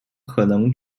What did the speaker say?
可能